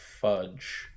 Fudge